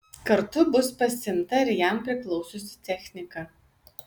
kartu bus pasiimta ir jam priklausiusi technika